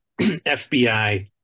FBI